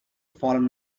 fallen